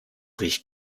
riecht